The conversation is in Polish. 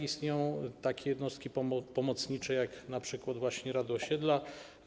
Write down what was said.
Istnieją takie jednostki pomocnicze jak np. właśnie rady osiedli.